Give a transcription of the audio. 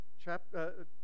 chapter